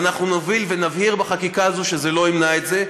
ואנחנו נוביל ונבהיר בחקיקה הזאת שזה לא ימנע את זה.